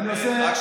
אגב,